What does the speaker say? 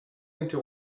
into